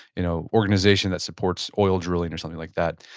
you know, organization that supports oil drilling or something like that.